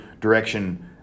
direction